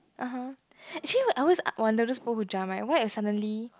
(uh huh) actually I always uh wonder those people who jump right what if suddenly